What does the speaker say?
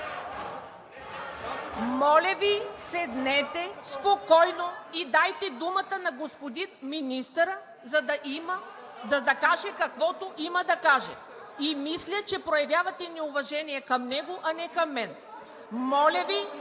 Моля Ви, седнете! Спокойно! Дайте думата на господин Министъра, за да каже каквото има. Мисля, че проявявате неуважение към него, а не към мен. Моля Ви,